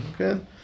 okay